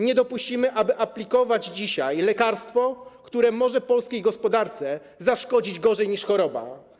Nie dopuścimy, aby aplikować dzisiaj lekarstwo, które może polskiej gospodarce zaszkodzić bardziej niż choroba.